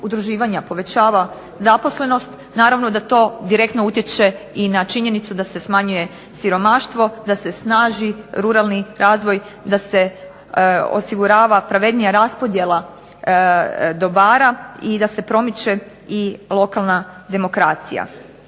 povećava zaposlenost naravno da to direktno utječe i na činjenicu da se smanjuje siromaštvo, da se snaži ruralni razvoj, da se osigurava pravednija raspodjela dobara i da se promiče i lokalna demokracija.